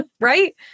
Right